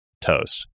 toast